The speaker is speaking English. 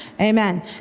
Amen